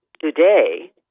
today